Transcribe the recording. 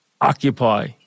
occupy